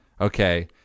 Okay